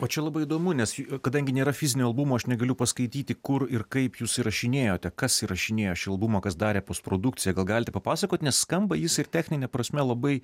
o čia labai įdomu nes kadangi nėra fizinio albumo aš negaliu paskaityti kur ir kaip jūs įrašinėjote kas įrašinėjo šį albumą kas darė postprodukciją gal galite papasakot nes skamba jis ir technine prasme labai